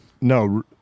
No